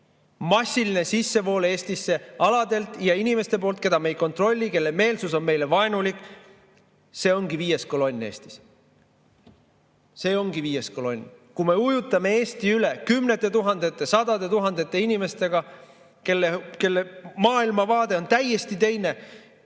Massiline sissevool Eestisse nendelt aladelt ja inimeste poolt, keda me ei kontrolli, kelle meelsus on meile vaenulik, see ongi viies kolonn Eestis. See ongi viies kolonn. Kui me ujutame Eesti üle kümnete tuhandete, sadade tuhandete inimestega, kelle maailmavaade on täiesti teine